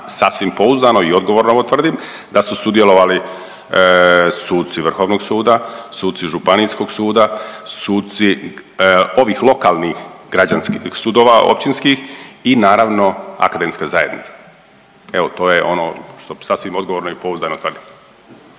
sasvim pouzdano i odgovorno ovo tvrdim da su sudjelovali suci vrhovnog suda, suci županijskog suda, suci ovih lokalnih građanskih sudova općinskih i naravno akademska zajednica. Evo to je ono što sasvim odgovorno i pouzdano tvrdim.